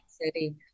city